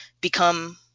become